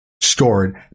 stored